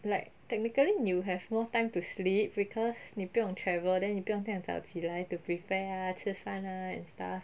like technically you have more time to sleep because 你不用 travel then 你不用这样早起来 to prepare ah to 吃饭 ah and stuff